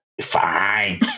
Fine